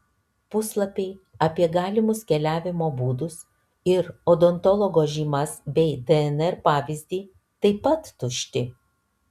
puslapiai apie galimus keliavimo būdus ir odontologo žymas bei dnr pavyzdį taip pat tušti